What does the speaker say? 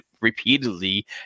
repeatedly